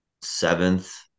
Seventh